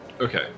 Okay